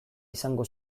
izango